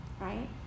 right